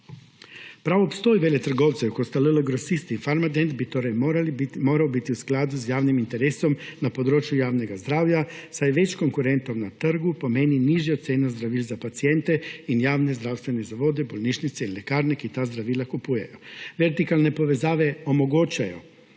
Prav obstoj veletrgovcev, kot sta LL Grosist in Farmadent, bi torej moral biti v skladu z javnim interesom na področju javnega zdravja, saj več konkurentov na trgu pomeni nižjo ceno zdravil za paciente in javne zdravstvene zavode, bolnišnice in lekarne, ki ta zdravila kupujejo. Vertikalne povezave omogočajo,